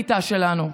כיתה שלנו.